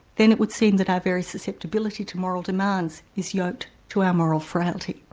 then it would seem that our very susceptibility to moral demands is yoked to our moral frailty.